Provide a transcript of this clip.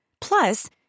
Plus